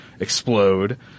explode